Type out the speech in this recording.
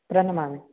प्रणमामि